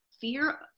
fear